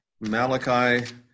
Malachi